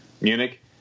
Munich